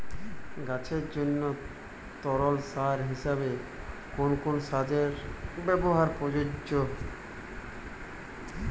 গাছের জন্য তরল সার হিসেবে কোন কোন সারের ব্যাবহার প্রযোজ্য?